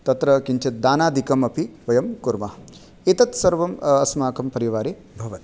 तत्र किञ्चित् दानादिकम् अपि वयं कुर्मः एतत् सर्वम् अस्माकं परिवारे भवति